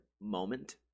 moment